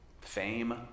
Fame